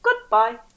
Goodbye